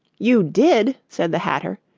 you did said the hatter.